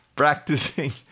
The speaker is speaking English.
Practicing